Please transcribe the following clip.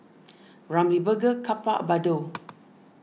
Ramly Burger Kappa Bardot